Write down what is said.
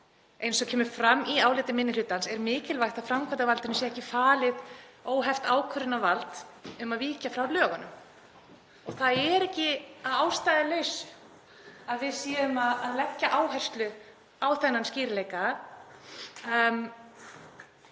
Eins og kemur fram í áliti minni hlutans er mikilvægt að framkvæmdarvaldinu sé ekki falið óheft ákvörðunarvald um að víkja frá lögunum. Það er ekki að ástæðulausu að við leggjum áherslu á þennan skýrleika.